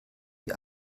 wir